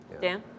Dan